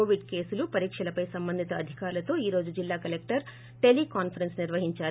Covid కేసులు పరీక్షలపై సంబంధిత అధికారులతో ఈ రోజు జిల్లా కలెక్లర్ టేలి కాన్పరెస్స్ నిర్వహిందారు